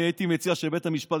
אני הייתי מציע שבית המשפט,